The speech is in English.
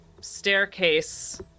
staircase